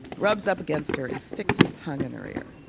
rubs up against her and sticks his tongue in her ear.